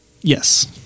Yes